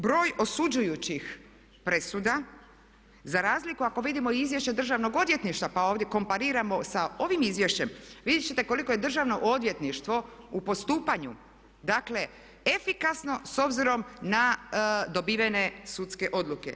Broj osuđujućih presuda za razliku ako vidimo i izvješće Državnog odvjetništva, pa ovdje kompariramo sa ovim izvješćem vidjet ćete koliko je Državno odvjetništvo u postupanju dakle efikasno s obzirom na dobivene sudske odluke.